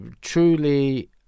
truly